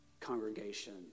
congregation